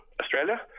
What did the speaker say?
Australia